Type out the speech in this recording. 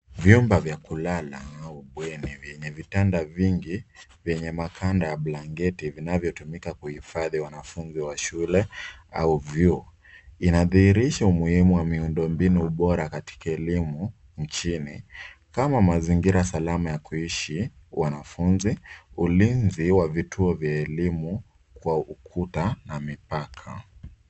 Vyumba vya kulala au bweni vyenye vitanda vingi vyenye makanda ya blanketi vinavyo tumika kuhifadi wanafunzi wa shule au vyuo, inatihirisha umuhimu wa miundobinu bora katika elimu mjini kama mazingira salama ya kuishi wanafunzi ulinzi wa vituo vya elimu kwa ukuta na mipaka.